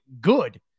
good